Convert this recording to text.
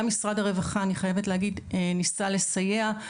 גם משרד הרווחה אני חייבת להגיד ניסה לסייע,